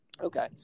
Okay